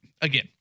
again